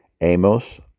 Amos